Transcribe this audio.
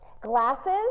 glasses